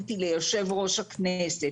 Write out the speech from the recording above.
פניתי ליושב ראש הכנסת,